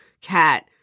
cat